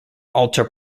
alter